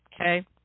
okay